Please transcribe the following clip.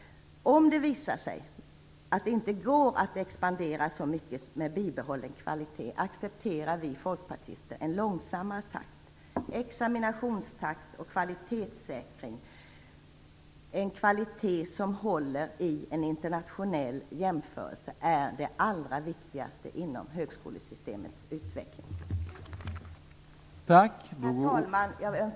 Om det visar sig att det inte går att expandera så mycket med bibehållen kvalitet accepterar vi folkpartister en långsammare takt, examinationstakt och kvalitetssäkring. En kvalitet som håller i en internationell jämförelse är det allra viktigaste inom högskolesystemets utveckling. Herr talman!